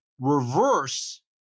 reverse